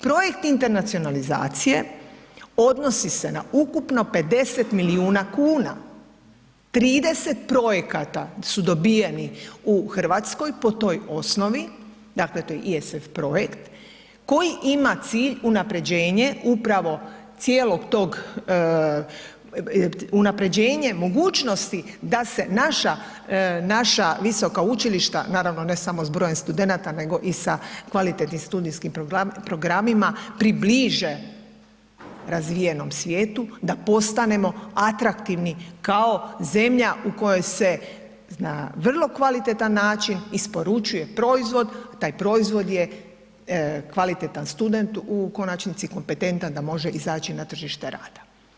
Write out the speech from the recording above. Projekt internacionalizacije odnosi se na ukupno 50 milijuna kuna, 30 projekata su dobijeni u RH po toj osnovi, dakle to je ISF projekt koji ima cilj unapređenje upravo cijelog tog, unapređenje mogućnosti da se naša, naša visoka učilišta, naravno ne samo s brojem studenata nego i sa kvalitetnim studijskim programima, približe razvijenom svijetu, da postanemo atraktivni kao zemlja u kojoj se na vrlo kvalitetan način isporučuje proizvod, taj proizvod je kvalitetan student, u konačnici kompetentan da može izaći na tržište rada.